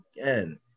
again